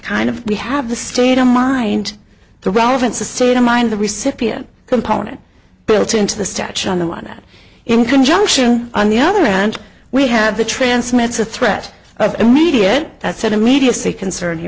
kind of we have the state of mind the relevance the state of mind the recipient component built into the statute on the one that in conjunction on the other hand we have the transmits a threat of immediate said immediacy concern he